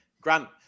Grant